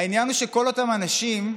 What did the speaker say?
העניין הוא שכל אותם אנשים,